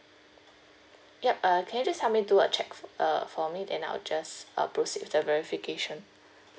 yup uh can you just help me do a check uh for me then I'll just uh proceed with the verification